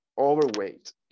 overweight